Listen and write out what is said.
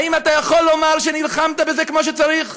האם אתה יכול לומר שנלחמת בזה כמו שצריך?